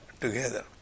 together